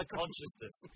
consciousness